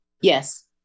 Yes